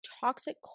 toxic